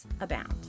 abound